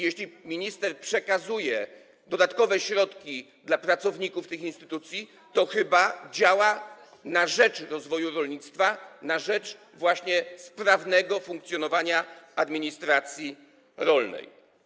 Jeśli minister przekazuje dodatkowe środki dla pracowników tych instytucji, to chyba działa na rzecz rozwoju rolnictwa, na rzecz właśnie sprawnego funkcjonowania administracji rolnej.